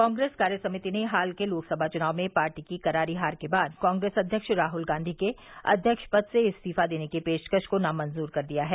कांग्रेस कार्य समिति ने हाल के लोकसभा चुनाव में पार्टी की करारी हार के बाद कांग्रेस अध्यक्ष राहुल गांधी के अध्यक्ष पद से इस्तीफा देने की पेशकश को नामंजुर कर दिया है